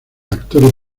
actor